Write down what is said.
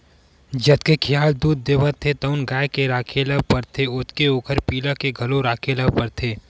जतके खियाल दूद देवत हे तउन गाय के राखे ल परथे ओतके ओखर पिला के घलो राखे ल परथे